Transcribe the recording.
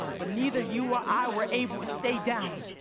but neither you or i were able to stay down,